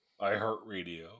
iHeartRadio